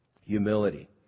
humility